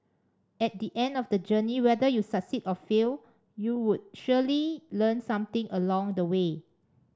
at the end of the journey whether you succeed or fail you would surely learn something along the way